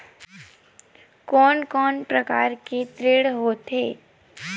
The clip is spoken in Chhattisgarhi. कोन कोन प्रकार के ऋण होथे?